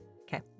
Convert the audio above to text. Okay